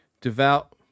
devout